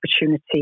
opportunity